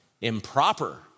Improper